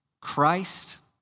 Christ